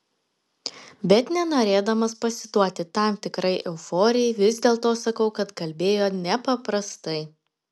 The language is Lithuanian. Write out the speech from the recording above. bet nenorėdamas pasiduoti tam tikrai euforijai vis dėlto sakau kad kalbėjo nepaprastai